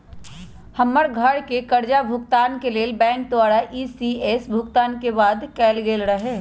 हमर घरके करजा भूगतान के लेल बैंक द्वारा इ.सी.एस भुगतान के बाध्य कएल गेल रहै